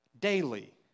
Daily